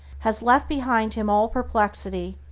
has left behind him all perplexity,